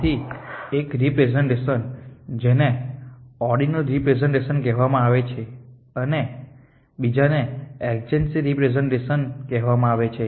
તેથી એક રેપ્રેસેંટેશન જેને ઓર્ડિનલ રિપ્રેઝન્ટેશન કહેવામાં આવે છે અને બીજા ને એડજન્સી રેપ્રેસેંટેશન કહેવામાં આવે છે